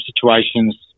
situations